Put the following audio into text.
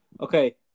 Okay